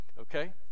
okay